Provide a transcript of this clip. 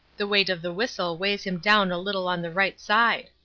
the weight of the whistle weighs him down a little on the right side.